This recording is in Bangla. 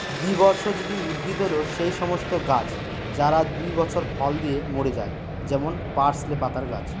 দ্বিবর্ষজীবী উদ্ভিদ হল সেই সমস্ত গাছ যারা দুই বছর ফল দিয়ে মরে যায় যেমন পার্সলে পাতার গাছ